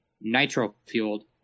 Nitro-Fueled